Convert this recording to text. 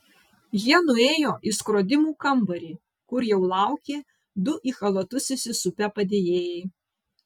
jie nuėjo į skrodimų kambarį kur jau laukė du į chalatus įsisupę padėjėjai